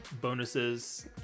bonuses